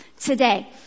today